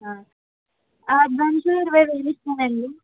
advance ఇరవై వేలు ఇచ్చానండి